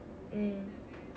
mm